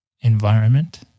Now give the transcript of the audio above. environment